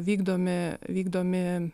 vykdomi vykdomi